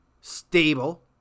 stable